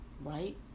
right